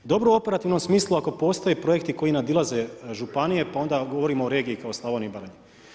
Dobro u operativno smislu ako postoje projekti koji nadilaze županije, pa onda govorimo o regiji kao o Slavoniji i Baranji.